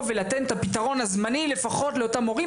ולתת את הפתרון הזמני לפחות לאותם מורים,